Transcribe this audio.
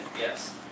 Yes